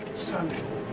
samuel.